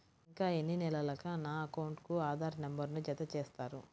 ఇంకా ఎన్ని నెలలక నా అకౌంట్కు ఆధార్ నంబర్ను జత చేస్తారు?